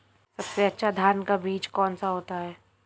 सबसे अच्छा धान का बीज कौन सा होता है?